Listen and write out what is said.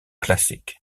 classic